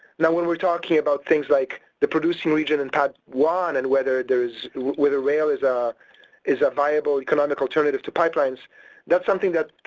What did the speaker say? now when we're talking about things like the producing region in padd one and whether there's, whether rail is a is a viable economic alternative to pipelines that's something that, ah,